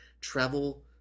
Travel